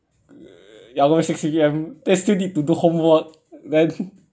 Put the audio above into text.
ya lor six A_M then still need to do homework then